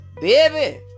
baby